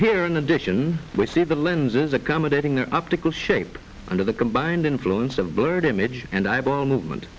addition we see the lenses accommodating their optical shape under the combined influence of blurred image and eyeball movement